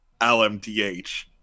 LMDH